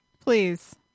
Please